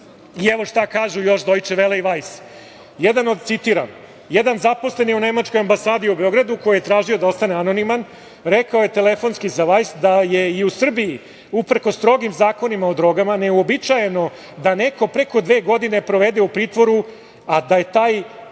još kažu „Dojče vele“ i „Vajs“. Citiram - Jedan zaposleni u Nemačkoj ambasadi u Beogradu, koji je tražio da ostane anoniman, rekao je telefonski za „Vajs“ da je i u Srbiji, uprkos strogim zakonima o drogama, neuobičajeno da neko pre dve godine provede u pritvoru, a da je taj